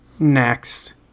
Next